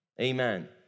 amen